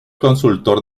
consultor